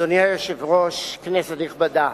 אדוני היושב-ראש, כנסת נכבדה,